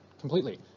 completely